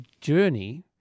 journey